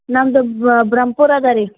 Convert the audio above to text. ನಮ್ದು ಬ್ರಹ್ಮಪುರ ಅದ ರೀ